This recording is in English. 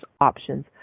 options